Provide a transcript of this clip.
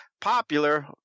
popular